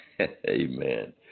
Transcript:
amen